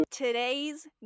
Today's